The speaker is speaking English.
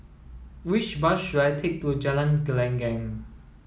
which bus should I take to Jalan Gelenggang